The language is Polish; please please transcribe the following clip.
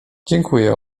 dziękuję